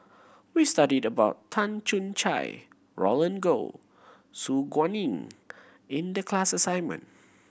we studied about Tan Choo Kai Roland Goh Su Guaning in the class assignment